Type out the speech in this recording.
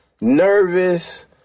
nervous